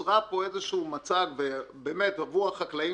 נוצר פה איזשהו מצג באמת עבור החקלאים